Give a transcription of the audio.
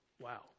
wow